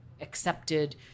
accepted